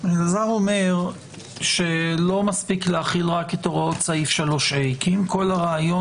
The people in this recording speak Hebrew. אלעזר אומר שלא מספיק להחיל רק את הוראות סעיף 3ה כי אם כל הרעיון